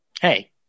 hey